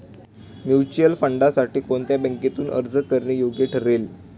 Mutual फंडांसाठी कोणत्या बँकेतून अर्ज करणे योग्य ठरेल?